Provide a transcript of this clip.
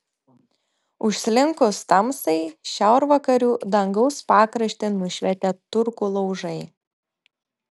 užslinkus tamsai šiaurvakarių dangaus pakraštį nušvietė turkų laužai